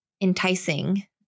enticing